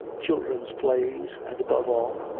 children s plays, and, above all,